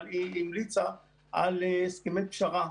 אבל היא המליצה על הסכמי פשרה.